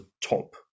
top